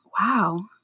wow